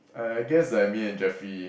I guess like me and Jeffrey